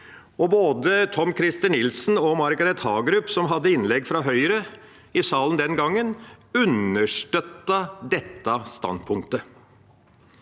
Både Tom-Christer Nilsen og Margret Hagerup, som hadde innlegg fra Høyre i salen den gangen, understøttet dette standpunktet.